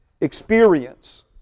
experience